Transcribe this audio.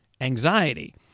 Anxiety